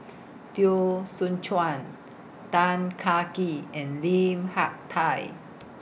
Teo Soon Chuan Tan Kah Kee and Lim Hak Tai